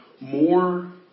more